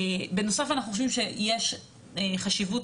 בנוסף, אנחנו חושבים שיש חשיבות